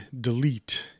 delete